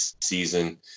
season